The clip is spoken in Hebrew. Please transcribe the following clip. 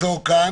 תעצור כאן.